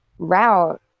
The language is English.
route